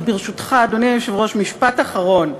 וברשותך, אדוני היושב-ראש, משפט אחרון,